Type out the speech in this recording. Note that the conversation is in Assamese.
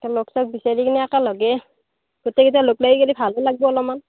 লগচগ বিচাৰি কিনে একেলগে গোটেইকেইটা লগ লাগি পেলাই গ'লে ভালো লাগিব অলপমান